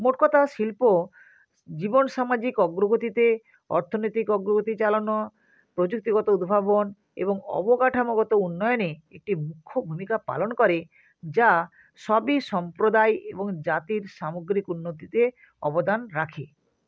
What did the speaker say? মোট কথা শিল্প জীবন সামাজিক অগ্রগতিতে অর্থনীতিক অগ্রগতি চালানো প্রযুক্তিগত উদ্ভাবন এবং অবকাঠামোগত উন্নয়নে একটি মুখ্য ভূমিকা পালন করে যা সবই সম্প্রদায় এবং জাতির সামগ্রিক উন্নতিতে অবদান রাখে